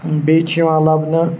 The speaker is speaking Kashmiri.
بیٚیہِ چھِ یِوان لَبنہٕ